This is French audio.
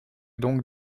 donc